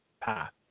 path